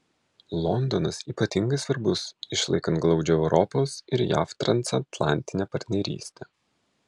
londonas ypatingai svarbus išlaikant glaudžią europos ir jav transatlantinę partnerystę